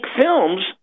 films